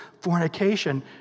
fornication